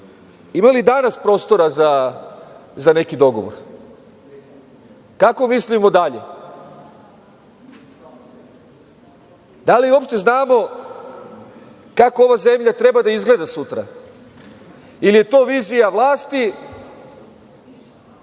ima li danas prostora za neki dogovor? Kako mislimo dalje? Da li uopšte znamo kako ova zemlja treba da izgleda sutra ili je to vizija vlasti